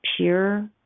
pure